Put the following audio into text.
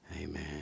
Amen